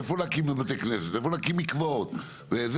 איפה להקים עוד בתי כנסת,